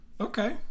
Okay